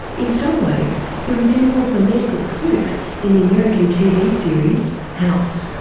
in some ways he resembles the medical sleuth in the american tv series house.